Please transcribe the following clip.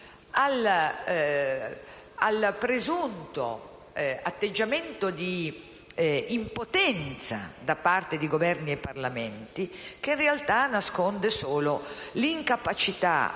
al presunto atteggiamento di impotenza da parte di Governi e Parlamenti, che in realtà nasconde solo l'incapacità